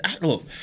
look